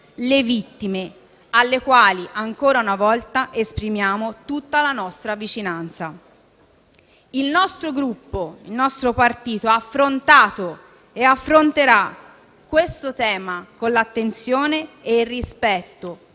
le vittime alle quali, ancora una volta, esprimiamo tutta la nostra vicinanza. Il nostro partito ha affrontato e affronterà questo tema con l'attenzione e il rispetto